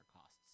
costs